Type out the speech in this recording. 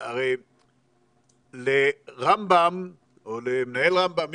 הרי לרמב"ם או למנהל רמב"ם,